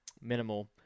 minimal